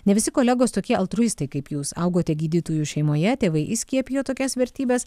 ne visi kolegos tokie altruistai kaip jūs augote gydytojų šeimoje tėvai įskiepijo tokias vertybes